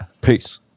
peace